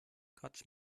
quatsch